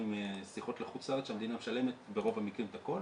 שיחות לחו"ל שהמדינה משלמת ברוב המקרים את הכל,